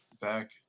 back